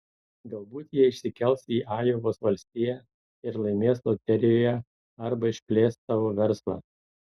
galbūt jie išsikels į ajovos valstiją ir laimės loterijoje arba išplės savo verslą